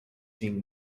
being